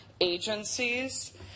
agencies